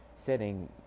setting